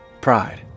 Pride